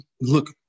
look